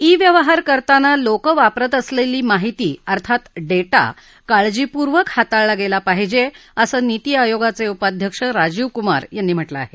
ईव्यवहार करताना लोकं वापरत असलेली माहिती अर्थात डेटा काळजीपूर्वक हाताळला गेला पाहिजे अस निती आयोगाचे उपाध्यक्ष राजीव कुमार यांनी म्हटलं आहे